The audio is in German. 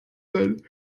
sein